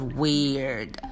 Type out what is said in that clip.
weird